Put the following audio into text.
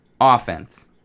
offense